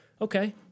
okay